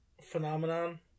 phenomenon